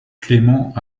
clément